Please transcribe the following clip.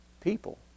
people